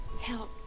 help